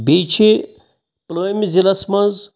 بیٚیہِ چھِ پُلوٲمِس ضلعَس منٛز